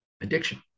Addiction